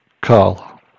Carl